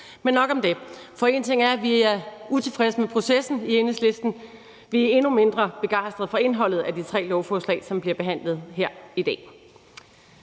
Men nok om det. For én ting er, at vi i Enhedslisten er utilfredse med processen. Vi er endnu mindre begejstrede for indholdet af de tre lovforslag, som bliver behandlet her i dag.